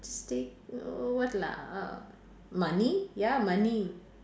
just take oh what lah uh money ya money